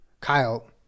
Kyle